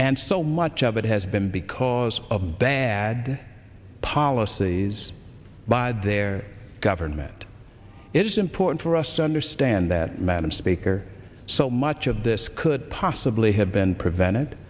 and so much of it has been because of bad policies by their government it is important for us to understand that madam speaker so much of this could possibly have been prevented